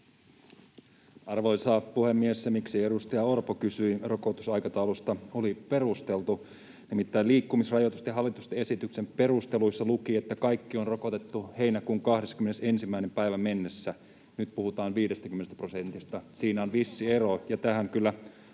Arvoisa puhemies! Se, että edustaja Orpo kysyi rokotusaikataulusta, oli perusteltua, nimittäin liikkumisrajoitusten hallituksen esityksen perusteluissa luki, että kaikki on rokotettu heinäkuun 21. päivään mennessä, ja nyt puhutaan 50 prosentista. Siinä on vissi ero,